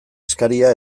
eskaria